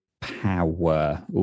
power